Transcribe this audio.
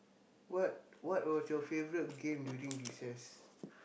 what what was your favourite game during recess